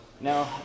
Now